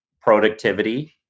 productivity